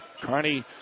Carney